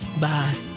bye